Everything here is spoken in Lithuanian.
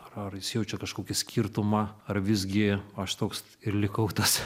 ar ar jis jaučia kažkokį skirtumą ar visgi aš toks ir likau tas